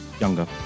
Younger